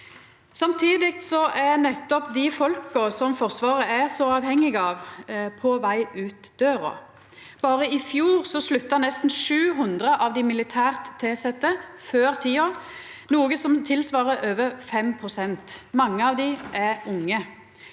Samtidig er nettopp dei folka Forsvaret er så avhengig av, på veg ut døra. Berre i fjor slutta nesten 700 av dei militært tilsette før tida, noko som svarar til over 5 pst. Mange av dei er unge.